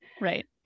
right